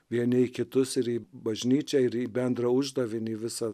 vieni kitus ir į bažnyčią ir į bendrą uždavinį visa